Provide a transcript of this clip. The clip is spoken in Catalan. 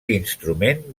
instrument